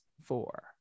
four